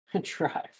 Drive